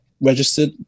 registered